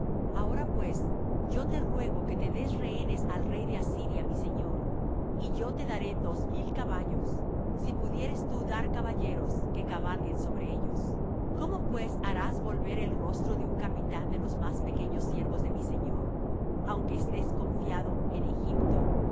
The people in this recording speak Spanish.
ahora pues yo te ruego que des rehenes al rey de asiria mi señor y yo te daré dos mil caballos si pudieres tú dar caballeros que cabalguen sobre ellos cómo pues harás volver el rostro de un capitán de los más pequeños siervos de mi señor aunque estés confiado en egipto por